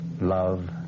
Love